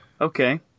Okay